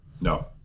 no